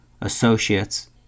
associates